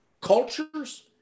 cultures